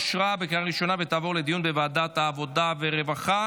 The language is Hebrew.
לוועדת העבודה והרווחה